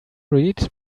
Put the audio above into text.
read